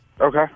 Okay